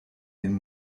den